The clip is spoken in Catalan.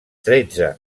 tretze